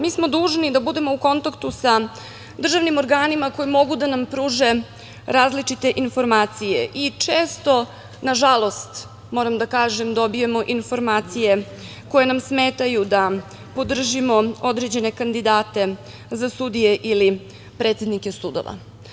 Mi smo dužni da budemo u kontaktu sa državnim organima koji mogu da nam pruže različite informacije i često, nažalost, moram da kažem, dobijemo informacije koje nam smetaju da podržimo određene kandidate za sudije ili predsednike sudova.